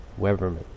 Weberman